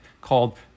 called